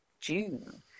June